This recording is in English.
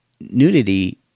nudity